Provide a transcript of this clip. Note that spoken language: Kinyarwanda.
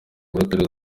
muraperi